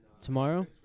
Tomorrow